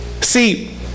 see